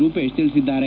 ರೂಪೇಶ್ ತಿಳಿಸಿದ್ದಾರೆ